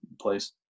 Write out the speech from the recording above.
place